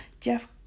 Jeff